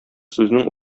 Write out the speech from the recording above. сүзнең